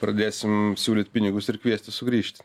pradėsim siūlyt pinigus ir kviesti sugrįžti